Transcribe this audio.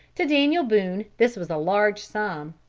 to daniel boone this was a large sum.